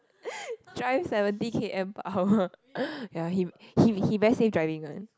drive seventy K_M per hour ya he he he very safe driving one